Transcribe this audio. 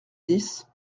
dix